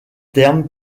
terme